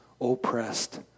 oppressed